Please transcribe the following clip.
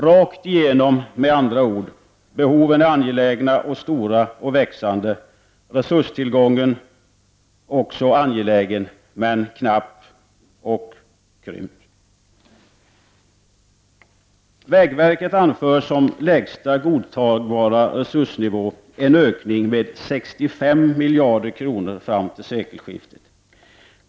Rakt igenom med andra ord: Behoven är angelägna, stora och växande, resurstillgången är också angelägen men knapp och krympt. Vägverket anför som lägsta godtagbara resursnivå en ökning med 65 miljarder kronor fram till sekelskiftet.